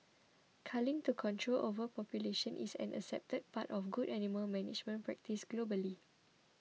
culling to control overpopulation is an accepted part of good animal management practice globally